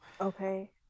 okay